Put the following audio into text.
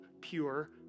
pure